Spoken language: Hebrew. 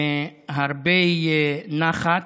הרבה נחת.